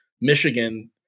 Michigan